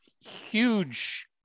huge